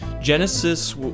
Genesis